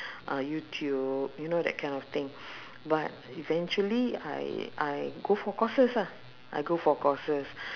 uh youtube you know that kind of thing but eventually I I go for courses ah I go for courses